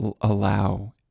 allow